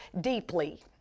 deeply